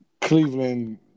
Cleveland